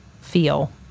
feel